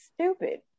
Stupid